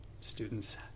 Students